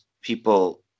people